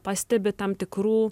pastebi tam tikrų